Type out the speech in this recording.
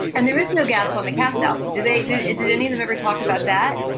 and there is no gasp on the cast album did they did it did any of them ever talk about that,